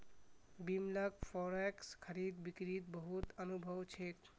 बिमलक फॉरेक्स खरीद बिक्रीत बहुत अनुभव छेक